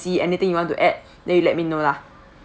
see anything you want to add then you let me know lah